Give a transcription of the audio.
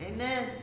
Amen